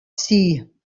sie